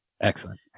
Excellent